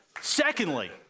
Secondly